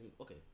Okay